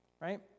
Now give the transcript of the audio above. right